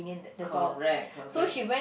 correct correct